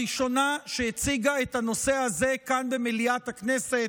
הראשונה שהציגה את הנושא הזה כאן במליאת הכנסת,